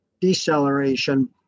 deceleration